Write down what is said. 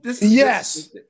Yes